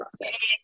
process